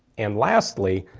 and lastly,